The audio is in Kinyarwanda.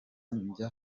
njya